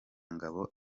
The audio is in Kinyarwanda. ngabo